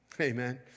Amen